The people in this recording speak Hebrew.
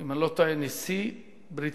אם אני לא טועה, נשיא ברית-המועצות,